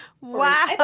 Wow